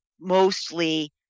mostly